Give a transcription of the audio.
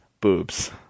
boobs